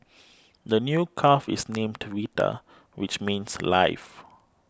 the new calf is named Vita which means life